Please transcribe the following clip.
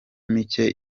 mike